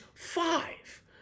five